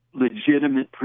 legitimate